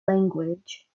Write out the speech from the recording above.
language